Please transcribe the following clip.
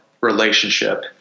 relationship